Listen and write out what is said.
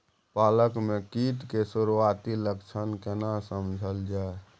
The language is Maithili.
पालक में कीट के सुरआती लक्षण केना समझल जाय?